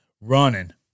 running